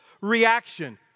reaction